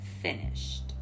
finished